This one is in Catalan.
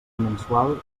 mensual